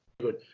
good